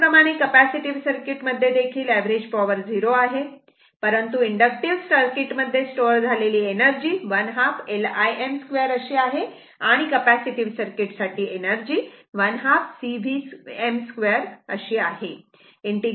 त्याचप्रमाणे capacitive circuit मध्ये देखील एव्हरेज पॉवर 0 आहे परंतु इंडक्टिव्ह सर्किट मध्ये स्टोअर झालेली एनर्जी ½ L Im 2 अशी आहे आणि कपॅसिटीव्ह सर्किट साठी एनर्जी ½ C Vm 2 आहे